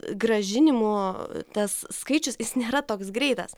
grąžinimų tas skaičius jis nėra toks greitas